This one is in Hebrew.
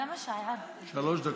שלוש דקות.